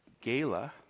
gala